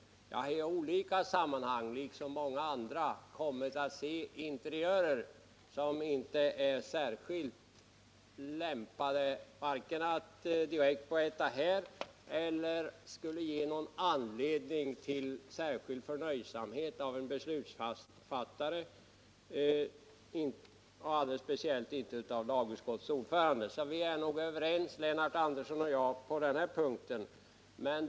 Jag liksom många andra har i olika sammanhang kommit att se interiörer som inte är särskilt lämpade att berätta om här eller som skulle ge anledning till någon särskild förnöjsamhet hos en beslutsfattare och speciellt inte hos lagutskottets ordförande. Därför kan nog Lennart Andersson och jag vara överens på denna punkt.